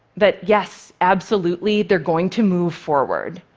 but yes, absolutely, they're going to move forward.